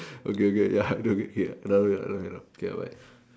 okay okay ya okay K ya now cannot now cannot K bye bye